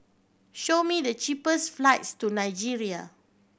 show me the cheapest flights to Nigeria